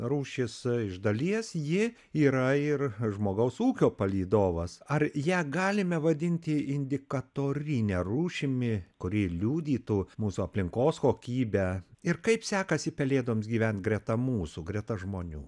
rūšis iš dalies ji yra ir žmogaus ūkio palydovas ar ją galime vadinti indikatorine rūšimi kuri liudytų mūsų aplinkos kokybę ir kaip sekasi pelėdoms gyvent greta mūsų greta žmonių